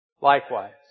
Likewise